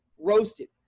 ROASTED